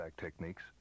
techniques